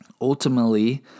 ultimately